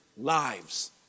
lives